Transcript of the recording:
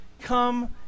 come